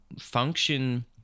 function